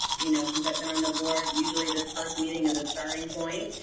you know since i've been on the board, usually, this first meeting is a starting point.